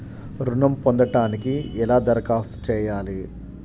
ఋణం పొందటానికి ఎలా దరఖాస్తు చేయాలి?